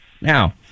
Now